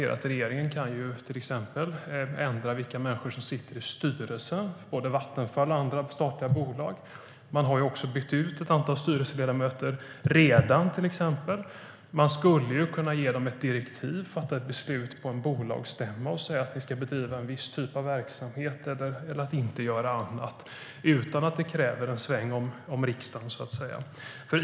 Regeringen kan till exempel ändra på vilka människor som sitter i styrelsen i Vattenfall och andra statliga bolag. Man har redan bytt ut ett antal styrelseledamöter. Man skulle kunna ge dem ett direktiv och fatta ett beslut på en bolagsstämma och säga att bolaget ska bedriva en viss typ av verksamhet eller inte göra annat utan att det kräver en sväng om riksdagen. Herr talman!